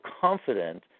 confident